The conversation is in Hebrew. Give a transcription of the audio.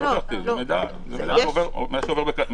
לא, זה מידע שעובר בכספות.